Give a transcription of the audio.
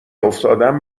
افتادم